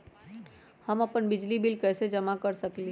हम अपन बिजली बिल कैसे जमा कर सकेली?